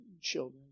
children